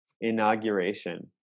inauguration